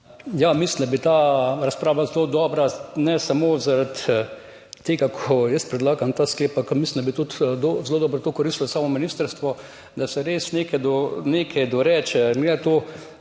Mislim, da bi bila ta razprava zelo dobra, ne samo zaradi tega, ker jaz predlagam ta sklep pa ker mislim, da bi tudi zelo dobro to koristilo samo ministrstvo, da se res nekaj doreče, ne glede